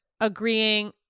agreeing